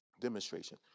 Demonstration